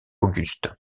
auguste